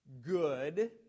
good